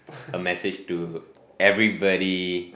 a message to everybody